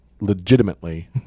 Legitimately